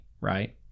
right